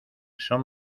son